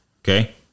Okay